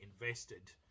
invested